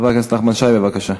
אני רוצה.